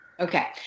Okay